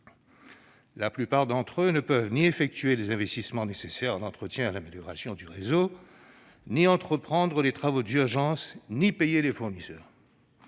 la plupart d'entre eux ne peuvent ni effectuer les investissements nécessaires à l'entretien et à l'amélioration du réseau, ni entreprendre les travaux d'urgence, ni payer les fournisseurs.